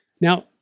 Now